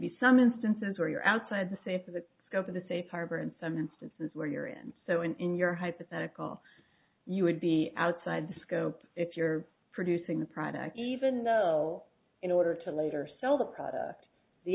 be some instances where you're outside the safe of the scope of the safe harbor in some instances where you're in so in your hypothetical you would be outside the scope if you're producing the product even though in order to later sell the product the